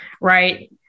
right